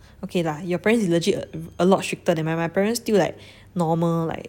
okay lah your parents you legit a lot stricter than mine my parents still like normal like